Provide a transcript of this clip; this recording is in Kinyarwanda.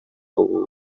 uba